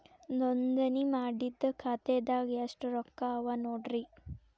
ನೋಂದಣಿ ಮಾಡಿದ್ದ ಖಾತೆದಾಗ್ ಎಷ್ಟು ರೊಕ್ಕಾ ಅವ ನೋಡ್ರಿ